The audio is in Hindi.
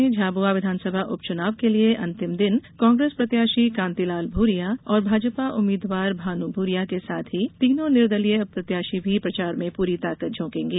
प्रदेश में झाबुआ विधानसभा उप चुनाव के लिए अंतिम दिन कांग्रेस प्रत्याशी कांतिलाल भूरिया और भाजपा उम्मीदवार भानू भूरिया के साथ ही तीनों निर्दलीय प्रत्याशी भी प्रचार में पूरी ताकत झोकेंगे